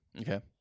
Okay